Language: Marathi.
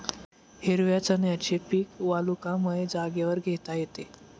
हिरव्या चण्याचे पीक वालुकामय जागेवर घेता येते